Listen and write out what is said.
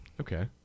okay